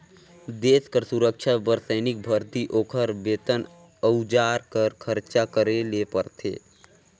देस कर सुरक्छा बर सैनिक भरती, ओकर बेतन, अउजार कर खरचा करे ले परथे